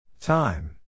Time